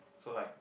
so like